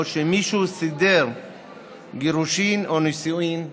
או שמישהו סידר גירושין או נישואין לאחר.